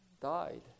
died